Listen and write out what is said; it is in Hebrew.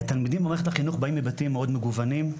התלמידים במערכת החינוך באים מבתים מאוד מגוונים,